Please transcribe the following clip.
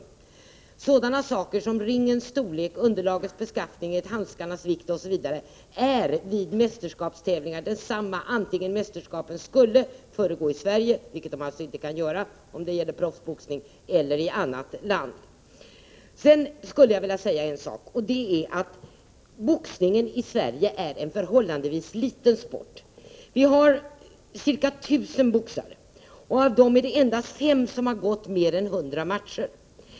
Bestämmelserna om boxningsringens storlek, underlagets beskaffenhet, handskarnas vikt osv. är vid mästerskapstävlingar desamma vare sig mästerskapen skulle äga rum i Sverige, vilket de alltså inte kan göra om det gäller proffsboxning, eller i annat land. En annan sak är att boxningen i Sverige är en förhållandevis liten sport. Vi har ca 1 000 boxare, och av dem har endast fem gått mer än 100 matcher.